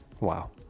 Wow